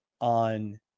on